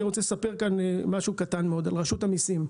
אני רוצה לספר כאן משהו קטן על רשות המיסים.